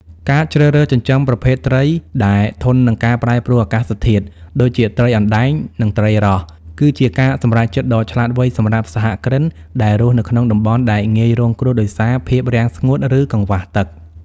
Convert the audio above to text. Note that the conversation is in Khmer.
ការជ្រើសរើសចិញ្ចឹមប្រភេទត្រីដែលធន់នឹងការប្រែប្រួលអាកាសធាតុ ដូចជាត្រីអណ្ដែង និងត្រីរ៉ស់ គឺជាការសម្រេចចិត្តដ៏ឆ្លាតវៃសម្រាប់សហគ្រិនដែលរស់នៅក្នុងតំបន់ដែលងាយរងគ្រោះដោយសារភាពរាំងស្ងួត ឬកង្វះទឹក។